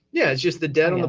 yeah. it's just the debt.